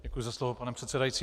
Děkuji za slovo, pane předsedající.